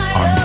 on